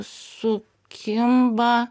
su kimba